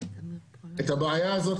את הבעיה הזאת,